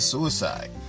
Suicide